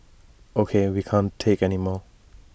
O K we can't take anymore